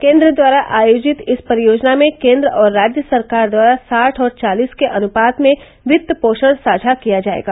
केन्द्र द्वारा आयोजित इस परियोजना में केन्द्र और राज्य सरकार द्वारा साठ और चालीस के अनुपात में वित्त पोषण साझा किया जायेगा